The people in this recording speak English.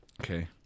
okay